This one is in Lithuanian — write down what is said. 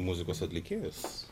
muzikos atlikėjus